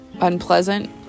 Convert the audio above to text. unpleasant